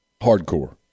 Hardcore